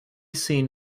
seen